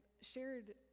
shared